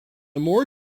more